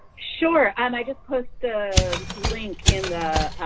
sure. and i just post the link in the